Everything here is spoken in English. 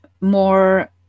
more